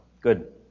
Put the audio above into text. Good